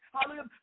Hallelujah